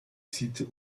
site